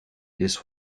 this